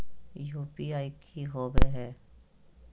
UPI की होवे है?